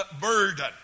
burden